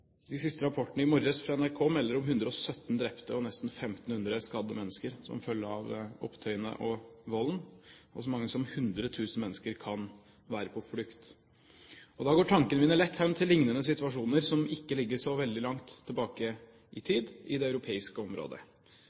De siste rapportene i morges fra NRK melder om 117 drepte og nesten 1 500 skadede mennesker som følge av opptøyene og volden, og så mange som 100 000 mennesker kan være på flukt. Da går tankene mine lett hen til lignende situasjoner som ikke ligger så veldig langt tilbake i tid, i det europeiske området.